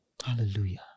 Hallelujah